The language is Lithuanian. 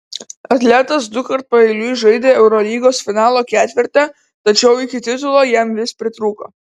atletas dukart paeiliui žaidė eurolygos finalo ketverte tačiau iki titulo jam vis pritrūko